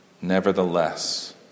nevertheless